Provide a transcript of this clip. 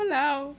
!walao!